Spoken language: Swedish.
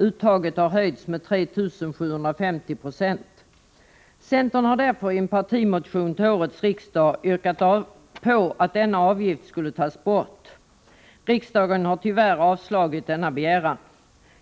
Uttaget har höjts med 3 750 90. Centern har därför i en partimotion till årets riksdag yrkat att denna avgift skall tas bort. Riksdagen har tyvärr avslagit denna begäran.